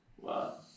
Wow